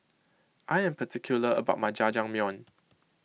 I am particular about my Jajangmyeon